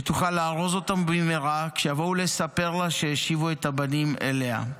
שתוכל לארוז אותם במהרה כשיבואו לספר לה שהשיבו את הבנים אליה.